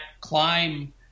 climb